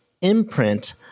imprint